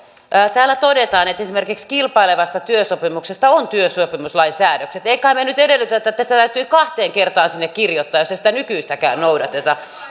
täällä todetaan että esimerkiksi kilpailevasta työsopimuksesta on työsopimuslain säädökset emme kai me nyt edellytä että että tästä täytyy kahteen kertaan sinne kirjoittaa jos ei sitä nykyistäkään noudateta